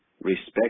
Respect